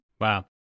Wow